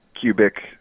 Cubic